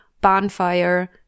bonfire